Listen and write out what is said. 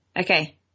Okay